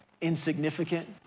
insignificant